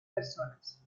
personas